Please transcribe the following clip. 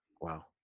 wow